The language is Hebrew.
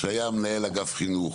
שהיה מנהל אגף חינוך